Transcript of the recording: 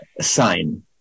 sign